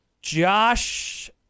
Josh